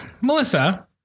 Melissa